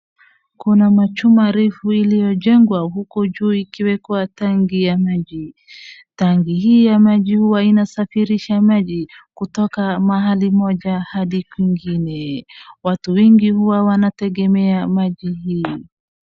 Kuna machuma refu iliyojengwa huko juu ikiwekwa tanki ya maji tanki hii ya maji huwa inasafirisha maji kutoka mahali moja hadi kwingine, watu wengi huwa wanategemea maji hii.